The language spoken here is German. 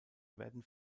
werden